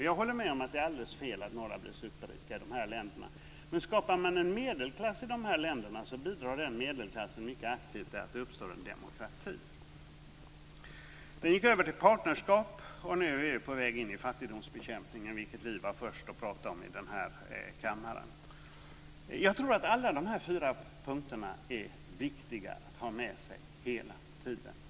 Jag håller med om att det är alldeles fel att några blir superrika i de här länderna, men skapar man en medelklass bidrar denna medelklass mycket aktivt till att det uppstår en demokrati. Vi gick över till partnerskap, och nu är vi på väg in i fattigdomsbekämpningen, vilket vi var först att tala om i denna kammare. Jag tror att alla dessa fyra punkter är viktiga att ha med sig hela tiden.